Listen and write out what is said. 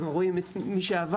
כלומר, רואים את מי שעבר.